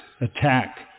attack